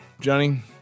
Johnny